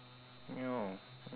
ya